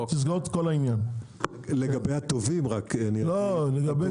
לגבי התובעים רק, תובעים